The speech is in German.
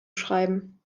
schreiben